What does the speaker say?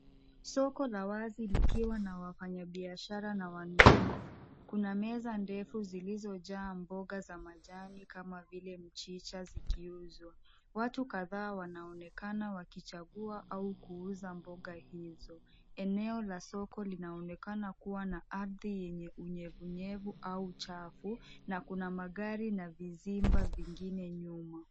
Soko la wazi likiwa na wafanyabiashara na wanunuzi. Kuna meza ndefu zilzojaa mboga za majani kama vile mchicha zikiuzwa. Waku kadhaa wanaonekana kuchagua au kuuza mboga hizo. Eneo la soko linaonekana kuwa na ardhi yenye unyevunyevu au chafu na kuna magari na vizimba vingine nyuma.